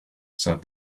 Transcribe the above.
said